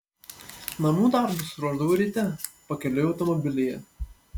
namų darbus ruošdavau ryte pakeliui automobilyje